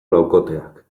laukoteak